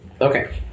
okay